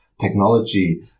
technology